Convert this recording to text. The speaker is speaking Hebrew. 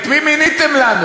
את מי מיניתם לנו?